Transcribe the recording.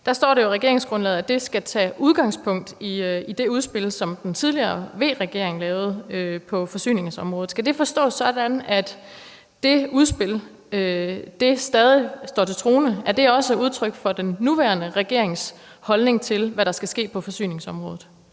regeringsgrundlaget, at det skal tage udgangspunkt i det udspil, som den tidligere V-regering lavede på forsyningsområdet. Skal det forstås sådan, at det udspil stadig står til troende, og at det også er udtryk for den nuværende regerings holdning til, hvad der skal ske på forsyningsområdet?